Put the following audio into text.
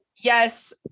yes